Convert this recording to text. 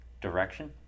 direction